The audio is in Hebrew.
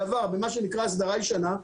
במה שנקרא הסדרה ישנה,